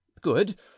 good